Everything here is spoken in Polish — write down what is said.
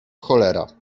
cholera